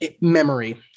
memory